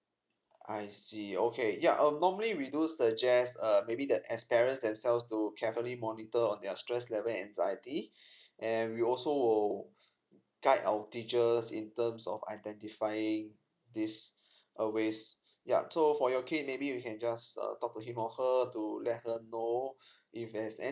I see okay yup err normally we do suggest err maybe that as parents themselves to carefully monitor of their stress level anxiety and we also guide our teachers in terms of identifying this a waste yup so for your kid maybe you can just uh talk to him or her to let her know if there's